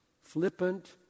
flippant